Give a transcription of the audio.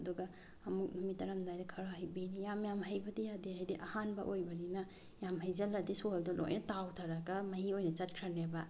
ꯑꯗꯨꯒ ꯑꯃꯨꯛ ꯅꯨꯃꯤꯠ ꯇꯥꯔꯝꯗꯥꯏꯗ ꯈꯔ ꯍꯩꯕꯤꯅꯤ ꯌꯥꯝ ꯌꯥꯝ ꯍꯩꯕꯗꯤ ꯌꯥꯗꯦ ꯍꯥꯏꯗꯤ ꯑꯍꯥꯟꯕ ꯑꯣꯏꯕꯅꯤꯅ ꯌꯥꯝ ꯍꯩꯖꯤꯜꯂꯗꯤ ꯁꯣꯏꯜꯗꯣ ꯂꯣꯏꯅ ꯇꯥꯎꯊꯔꯒ ꯃꯍꯤ ꯑꯣꯏꯅ ꯆꯠꯈ꯭ꯔꯅꯦꯕ